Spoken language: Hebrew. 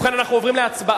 ובכן, אנחנו עוברים להצבעה